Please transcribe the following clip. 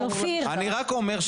אופיר,